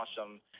awesome